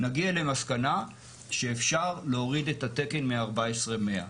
נגיע למסקנה שאפשר להוריד את התקן מ-14,100.